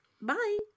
Bye